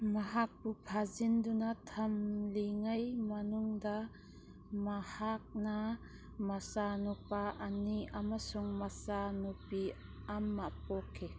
ꯃꯍꯥꯛꯄꯨ ꯐꯥꯖꯤꯟꯗꯨꯅ ꯊꯝꯂꯤꯉꯩ ꯃꯅꯨꯡꯗ ꯃꯍꯥꯛꯅ ꯃꯆꯥ ꯅꯨꯄꯥ ꯑꯅꯤ ꯑꯃꯁꯨꯡ ꯃꯆꯥ ꯅꯨꯄꯤ ꯑꯃ ꯄꯣꯛꯈꯤ